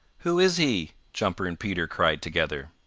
who is he? jumper and peter cried together.